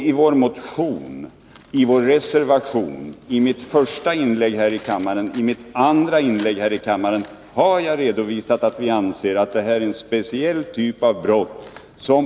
I vår motion, i vår reservation, i mitt första inlägg här i kammaren och i mitt andra inlägg här i kammaren har redovisats att vi anser att detta är en speciell typ av brott.